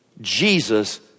Jesus